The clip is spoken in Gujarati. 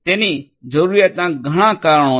તેની જરૂરિયાતનાં ઘણાં કારણો છે